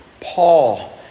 Paul